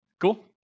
Cool